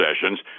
sessions